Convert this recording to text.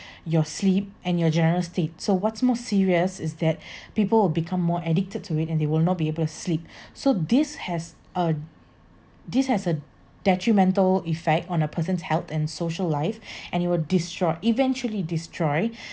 your sleep and your general state so what's more serious is that people will become more addicted to it and they will not be able to sleep so this has uh this has a detrimental effect on a person's health and social life and it will destroy eventually destroy